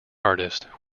artist